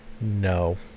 No